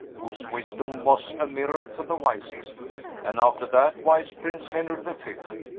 whose wisdome was a mirror to the wisest and after that wise prince, henry the fift,